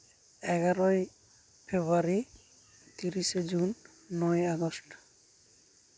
ᱮᱜᱟᱨᱳᱭ February ᱛᱤᱨᱤᱥᱮ June ᱱᱚᱭᱮ August